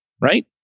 Right